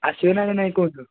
ଆସିବେନା ନାହିଁ କୁହନ୍ତୁ